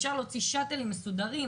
יצאו שאטלים מסודרים.